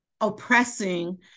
oppressing